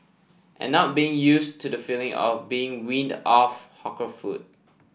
and not being used to the feeling of being weaned off hawker food